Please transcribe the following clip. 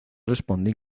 responde